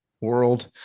world